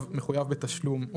מחויב בתשלום,